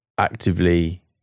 actively